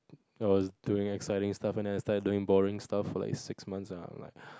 I was doing exciting stuff then I started doing boring stuff for like six months I'm like